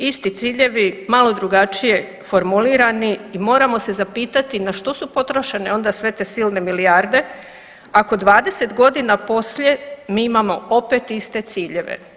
Isti ciljevi malo drugačije formulirani i moramo se zapitati na što su potrošene onda sve te silne milijarde ako 20 godina poslije mi imamo opet iste ciljeve.